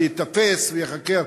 שייתפס וייחקר.